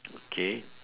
okay